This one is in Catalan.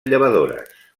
llevadores